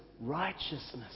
righteousness